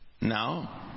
now